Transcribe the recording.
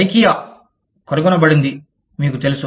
IKEA కనుగొనబడింది మీకు తెలుసు